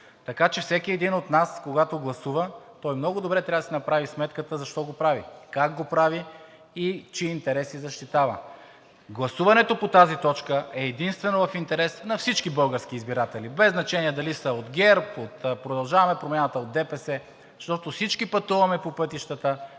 така че всеки един от нас, когато гласува, много добре трябва да си направи сметката защо го прави, как го прави и чии интереси защитава. Гласуването по тази точка е единствено в интерес на всички български избиратели, без значение дали са от ГЕРБ, от „Продължаваме Промяната“, от ДПС, защото всички пътуваме по пътищата,